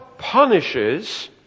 punishes